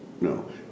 No